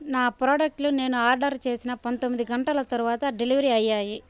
నా ప్రోడక్ట్లు నేను ఆర్డర్ చేసిన పంతొమ్మిది గంటల తరువాత డెలివరీ అయ్యాయి